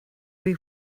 bhí